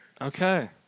Okay